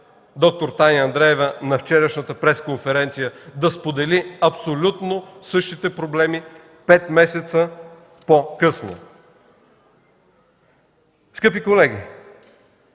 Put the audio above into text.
доктор Таня Андреева, на вчерашната пресконференция да сподели абсолютно същите проблеми пет месеца по-късно. Скъпи колеги,